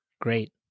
great